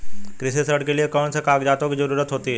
कृषि ऋण के लिऐ कौन से कागजातों की जरूरत होती है?